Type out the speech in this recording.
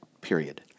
period